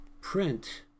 print